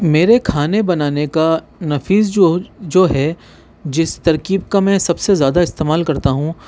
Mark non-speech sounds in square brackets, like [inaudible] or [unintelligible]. میرے کھانے بنانے کا نفیس [unintelligible] جو ہے جس ترکیب کا میں سب سے زیادہ استعمال کرتا ہوں